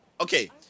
Okay